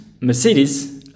Mercedes